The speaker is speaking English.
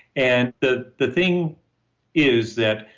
and the the thing is that,